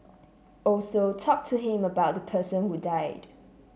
also talk to him about the person who died